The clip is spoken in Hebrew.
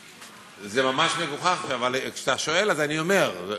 זה ממש מגוחך, אבל כשאתה שואל אז אני אומר: